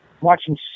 watching